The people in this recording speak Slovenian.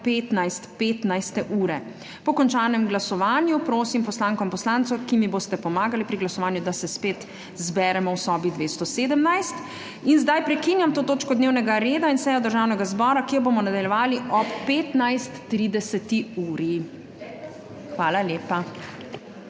15.15. Po končanem glasovanju prosim, poslanka in poslanci, ki mi boste pomagali pri glasovanju, da se spet zberemo v sobi 217. Prekinjam to točko dnevnega reda in sejo Državnega zbora, ki jo bomo nadaljevali ob 15.30. Hvala lepa.